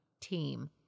team